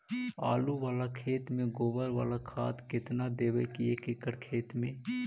आलु बाला खेत मे गोबर बाला खाद केतना देबै एक एकड़ खेत में?